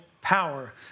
power